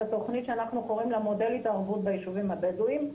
התוכנית שאנחנו קוראים לה מודל התערבות ביישובים הבדואיים.